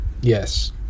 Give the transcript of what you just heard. Yes